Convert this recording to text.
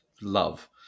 love